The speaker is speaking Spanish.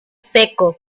seco